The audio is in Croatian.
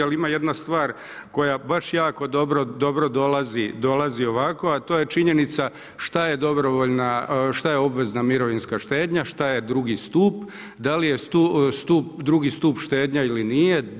Ali ima jedna stvar koja baš jako dobro dolazi ovako, a to je činjenica šta je obvezna mirovinska štednja, šta je drugi stup, da li je drugi stup štednja ili nije.